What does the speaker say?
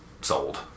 sold